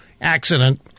accident